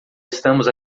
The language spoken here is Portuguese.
estamos